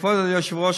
כבוד היושב-ראש,